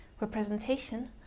Representation